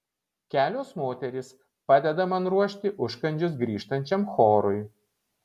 kelios moterys padeda man ruošti užkandžius grįžtančiam chorui